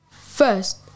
First